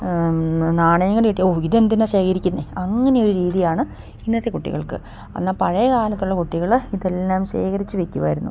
നാണയങ്ങൾ കിട്ടിയ ഓ ഇതെന്തിനാണ് ശേഖരിക്കുന്നത് അങ്ങനെയൊരു രീതിയാണ് ഇന്നത്തെ കുട്ടികൾക്ക് എന്നാൽ പഴയ കാലത്തുള്ള കുട്ടികൾ ഇതെല്ലാം ശേഖരിച്ച് വെയ്ക്കുമായിരുന്നു